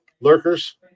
Lurkers